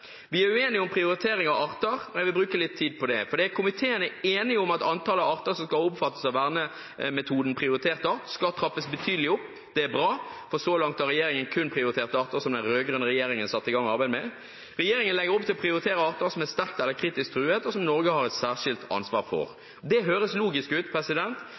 Vi er uenige om prioritering av arter, og jeg vil bruke litt tid på det. Komiteen er enig om at antallet arter som skal omfattes av vernemetoden prioritert art, skal trappes betydelig opp, og det er bra, for så langt har regjeringen kun prioritert arter som den rød-grønne regjeringen satte i gang arbeidet med. Regjeringen legger opp til å prioritere arter som er sterkt eller kritisk truet, og som Norge har et særskilt ansvar for. Det høres logisk ut,